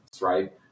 right